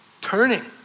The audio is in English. turning